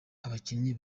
abakinnyi